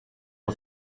was